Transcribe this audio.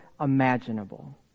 imaginable